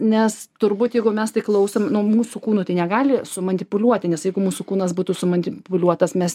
nes turbūt jeigu mes priklausom nuo mūsų kūnu tai negali sumanipuliuoti nes jeigu mūsų kūnas būtų sumanipuliuotas mes